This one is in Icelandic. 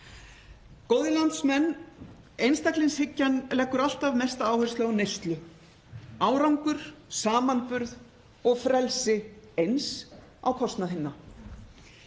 Góðir landsmenn. Einstaklingshyggjan leggur alltaf mesta áherslu á neyslu, árangur, samanburð og frelsi eins á kostnað hinna.